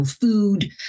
food